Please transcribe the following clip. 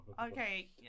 Okay